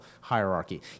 hierarchy